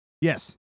Yes